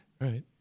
Right